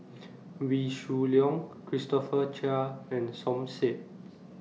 Wee Shoo Leong Christopher Chia and Som Said